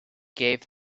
gave